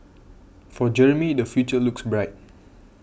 for Jeremy the future looks bright